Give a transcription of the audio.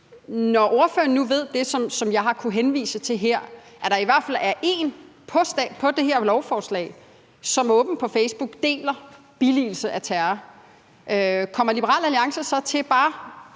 at der i hvert fald er én på det her lovforslag, som åbent på Facebook deler billigelse af terror, kommer Liberal Alliance så til bare